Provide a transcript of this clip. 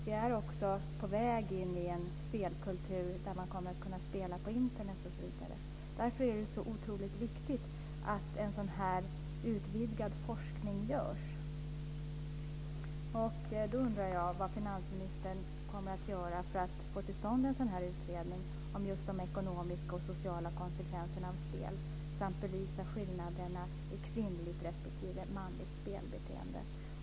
Vi är också på väg in i en spelkultur där man kommer att kunna spela på Internet osv. Därför är det otroligt viktigt med en utvidgad forskning. Jag undrar vad finansministern kommer att göra för att få till stånd en utredning om ekonomiska och sociala konsekvenser av spel samt belysa skillnaderna mellan kvinnligt och manligt spelbeteende.